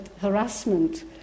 harassment